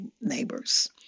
neighbors